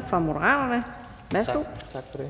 det hr. Peter Skaarup